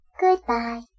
Goodbye